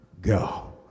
go